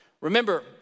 Remember